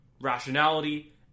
rationality